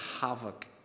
havoc